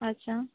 अच्छा